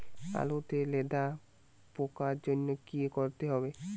আলুতে লেদা পোকার জন্য কি করতে হবে?